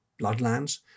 Bloodlands